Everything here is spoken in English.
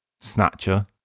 snatcher